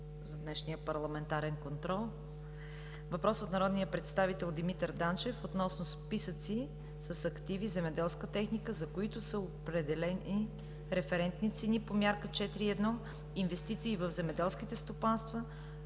Въпрос от народния представител Димитър Данчев относно списъци с активи – земеделска техника, за които са определени референтни цени по подмярка 4.1 „Инвестиции в земеделски стопанства“